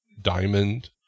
Diamond